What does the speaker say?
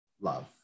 love